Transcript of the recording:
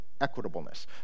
equitableness